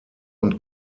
und